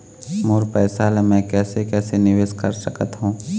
मोर पैसा ला मैं कैसे कैसे निवेश कर सकत हो?